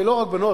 ולא רק בנות,